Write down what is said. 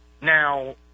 Now